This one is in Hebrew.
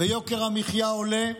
ויוקר המחיה עולה,